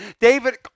David